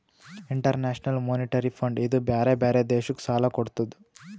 international Monetary Fund ಇದೂ ಬ್ಯಾರೆ ಬ್ಯಾರೆ ದೇಶಕ್ ಸಾಲಾ ಕೊಡ್ತುದ್